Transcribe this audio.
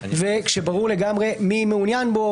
כשברור לגמרי מי מעוניין בו,